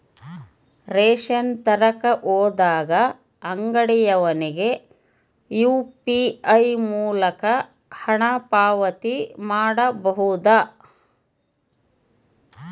Ration ತರಕ ಹೋದಾಗ ಅಂಗಡಿಯವನಿಗೆ ಯು.ಪಿ.ಐ ಮೂಲಕ ಹಣ ಪಾವತಿ ಮಾಡಬಹುದಾ?